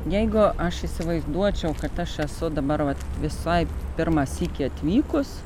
jeigu aš įsivaizduočiau kad aš esu dabar vat visai pirmą sykį atvykus